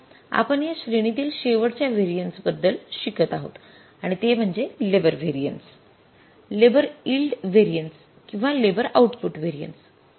आता आपण या श्रेणीतील शेवटच्या व्हेरिएन्सेस बद्दल शिकत आहोत आणि ते म्हणजे labour variances YV labour yield variances किंवा लेबर आउटपुट व्हेरिएन्स